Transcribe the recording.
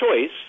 choice